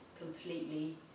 completely